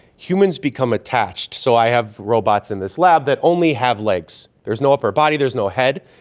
humans become attached. so i have robots in this lab that only have legs, there is no upper body, there's no head,